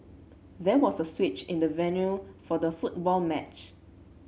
there was a switch in the venue for the football match